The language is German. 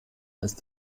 ist